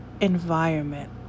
environment